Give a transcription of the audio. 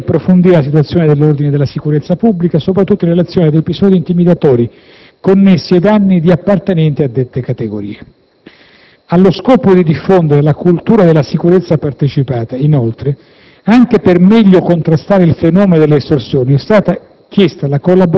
Ciò al fine di approfondire la situazione dell'ordine e della sicurezza pubblica, soprattutto in relazione ad episodi intimidatori commessi ai danni di appartenenti a dette categorie. Allo scopo di diffondere la cultura della «sicurezza partecipata», anche per meglio contrastare il fenomeno delle estorsioni, è stata